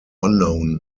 unknown